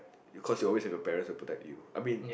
because you always have your parents to protect you I mean